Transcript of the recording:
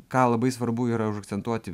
ką labai svarbu yra užakcentuoti